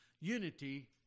Unity